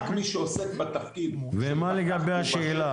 רק מי שעוסק בתפקיד של פקח והוא בשטח --- ומה לגבי השאלה,